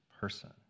person